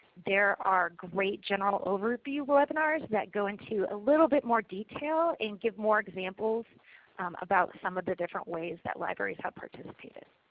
there are great general overview webinars that go into a little bit more detail and give more examples about some of the different ways that libraries have participated.